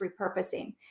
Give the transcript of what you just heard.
repurposing